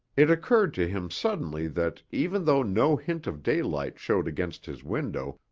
it occurred to him suddenly that, even though no hint of daylight showed against his window,